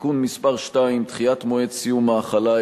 (תיקון מס' 2) (דחיית מועד סיום ההחלה),